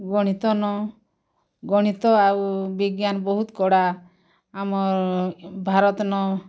ଗଣିତ ନ ଗଣିତ ଆଉ ବିଜ୍ଞାନ ବହୁତ କଡ଼ା ଆମର ଭାରତ ନ